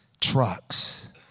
trucks